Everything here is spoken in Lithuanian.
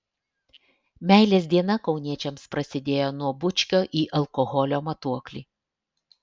meilės diena kauniečiams prasidėjo nuo bučkio į alkoholio matuoklį